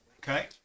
Okay